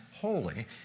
holy